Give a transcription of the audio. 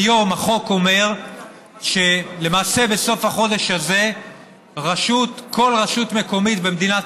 כיום החוק אומר שלמעשה בסוף החודש הזה כל רשות מקומית במדינת